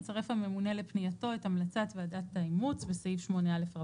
יצרף הממונה לפנייתו את המלצות ועדת האימוץ בסעיף 8א,